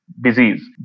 Disease